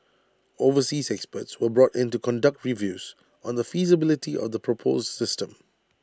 overseas experts were brought in to conduct reviews on the feasibility of the proposed system